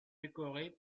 décorées